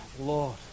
Lord